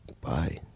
Bye